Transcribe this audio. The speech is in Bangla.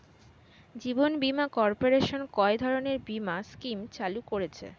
জীবন বীমা কর্পোরেশন কয় ধরনের বীমা স্কিম চালু করেছে?